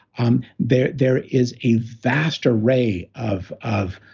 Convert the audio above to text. um there there is a vast array of of